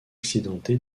accidenté